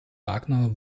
wagner